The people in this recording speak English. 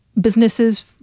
businesses